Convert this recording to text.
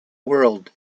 world